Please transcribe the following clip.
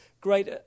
great